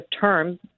term